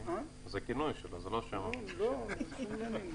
של השנה הזו עשינו סיכום לא מזמן.